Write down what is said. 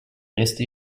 rester